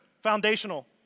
foundational